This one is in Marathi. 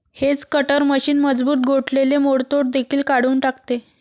हेज कटर मशीन मजबूत गोठलेले मोडतोड देखील काढून टाकते